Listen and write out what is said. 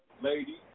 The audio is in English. ladies